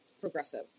progressive